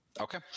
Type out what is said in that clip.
Okay